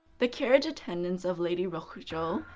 the carriage attendants of lady rokujo,